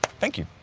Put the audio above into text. thank you.